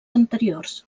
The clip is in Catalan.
anteriors